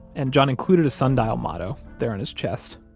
and john included a sundial motto there on his chest.